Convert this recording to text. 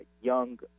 young